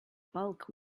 bulk